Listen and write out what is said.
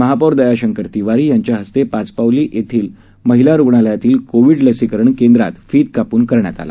महापौर दयाशंकर तिवारी यांच्या हस्ते पाचपावली इथल्या महिला रुग्णालयातील कोविड लसीकरण केंद्रात फीत कापून करण्यात आलं